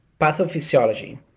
pathophysiology